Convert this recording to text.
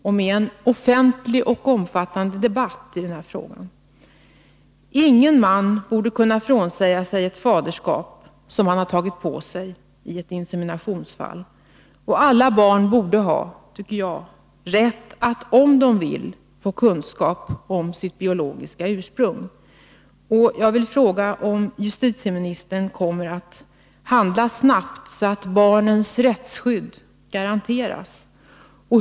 Vi måste också få en omfattande offentlig debatt om de här frågorna. Ingen man borde kunna frånsäga sig ett faderskap som han har tagit på sig i ett inseminationsfall. Alla barn borde ha rätt att, om de vill, få kunskap om sitt biologiska ursprung. Jag vill fråga om justitieministern kommer att handla snabbt, så att barnens rättsskydd garanteras.